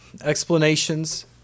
explanations